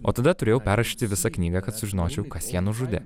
o tada turėjau perrašyti visą knygą kad sužinočiau kas ją nužudė